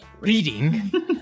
reading